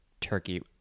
turkey